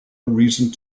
reason